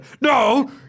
No